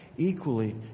equally